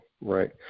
right